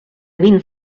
vint